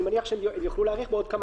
אני מניח שהם יוכלו להאריך בעוד כמה